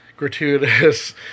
Gratuitous